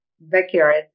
backyard